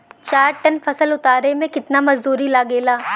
चार टन फसल उतारे में कितना मजदूरी लागेला?